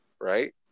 right